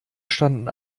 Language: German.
standen